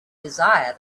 desire